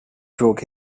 broke